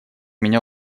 меня